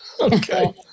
Okay